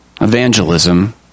Evangelism